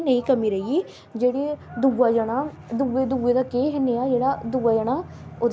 ते अख़वारां अजकल न्याने बी घट्ट ही पढ़दे ना ते न्याने बी आखदे कि सानू सनोची जा किश